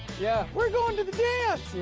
yeah, we're going to the dance,